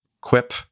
quip